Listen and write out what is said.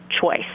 choice